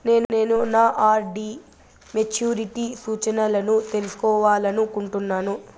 నేను నా RD maturity సూచనలను తెలుసుకోవాలనుకుంటున్నాను